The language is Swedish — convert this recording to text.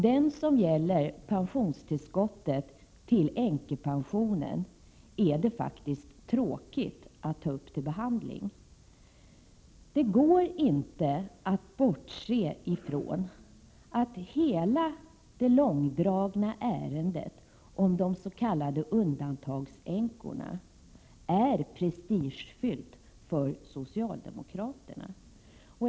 Den reservation som gäller pensionstillskott till änkepensionen är det särskilt tråkigt att ta upp till behandling. Det går inte att bortse från att hela det långdragna ärendet om de s.k. undantagsänkorna är prestigefyllt för socialdemokraterna.